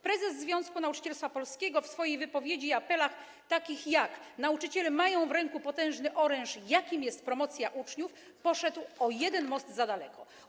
Prezes Związku Nauczycielstwa Polskiego w swojej wypowiedzi i apelach, takich jak: nauczyciele mają w ręku potężny oręż, jakim jest promocja uczniów, poszedł o jeden most za daleko.